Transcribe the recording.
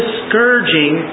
scourging